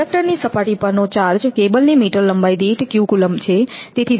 કંડકટરની સપાટી પરનો ચાર્જ કેબલની મીટર લંબાઈ દીઠ q કુલમ્બ છે